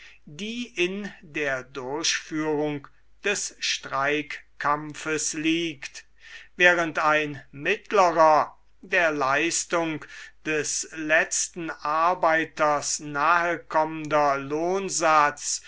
die in der durchführung des streikkampfes liegt während ein mittlerer der leistung des letzten arbeiters nahekommender